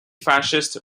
fascist